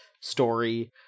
story